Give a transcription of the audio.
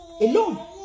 alone